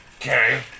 Okay